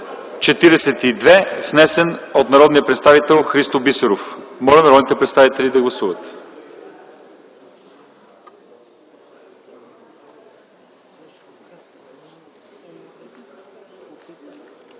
внесен от народния представител Христо Бисеров. Моля народните представители да гласуват.